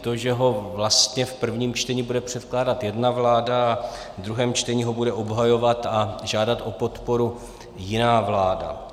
To, že ho vlastně v prvním čtení bude předkládat jedna vláda a ve druhém čtení ho bude obhajovat a žádat o podporu jiná vláda.